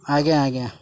ଆଜ୍ଞା ଆଜ୍ଞା